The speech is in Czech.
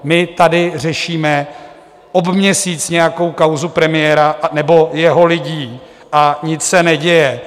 My tady řešíme ob měsíc nějakou kauzu premiéra nebo jeho lidí a nic se neděje.